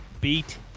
Beat